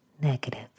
negative